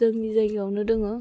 जोंनि जायगायावनो दोङो